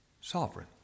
sovereign